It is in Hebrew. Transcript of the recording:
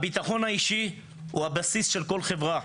הביטחון האישי הוא הבסיס של כל חברה,